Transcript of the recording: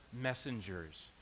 messengers